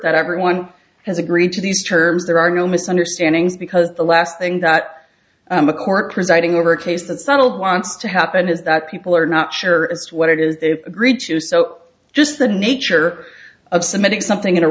that everyone has agreed to these terms there are no misunderstandings because the last thing that a court presiding over a case that's settled wants to happen is that people are not sure it's what it is they agreed to so just the nature of submitting something in a